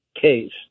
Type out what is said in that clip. case